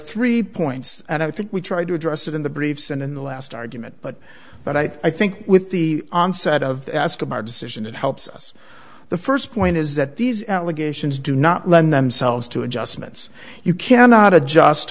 three points and i think we tried to address it in the briefs and in the last argument but but i think with the onset of our decision it helps us the first point is that these allegations do not lend themselves to adjustments you cannot adjust